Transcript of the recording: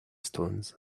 stones